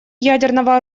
ядерного